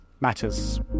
matters